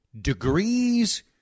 degrees